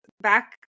back